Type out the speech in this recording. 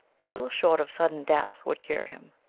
little short of sudden death would cure him.